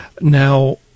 Now